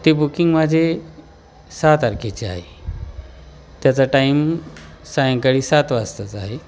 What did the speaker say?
ते बुकिंग माझे सहा तारखेची आहे त्याचा टाईम सायंकाळी सात वाजताचा आहे